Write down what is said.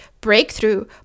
breakthrough